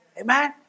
Amen